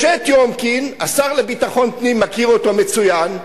משה טיומקין, השר לביטחון הפנים מכיר אותו מצוין.